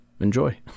enjoy